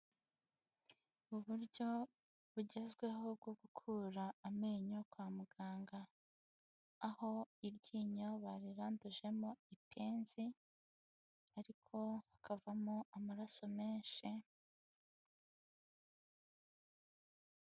Uburyo bugezweho bwo gukura amenyo kwa muganga, aho iryinyo barirandujemo ipenzi ariko hakavamo amaraso menshi.